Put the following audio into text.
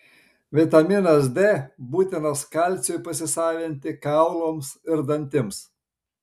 vitaminas d būtinas kalciui pasisavinti kaulams ir dantims